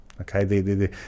okay